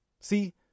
See